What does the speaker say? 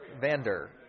Vander